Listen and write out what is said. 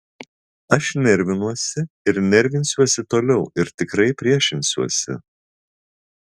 aš nervinuosi ir nervinsiuosi toliau ir tikrai priešinsiuosi